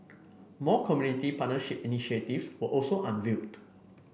more community partnership initiative were also unveiled